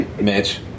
Mitch